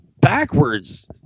backwards